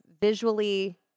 visually